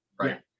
right